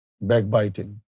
backbiting